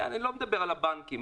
אני לא מדבר על הבנקים,